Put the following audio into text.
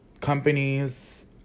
Companies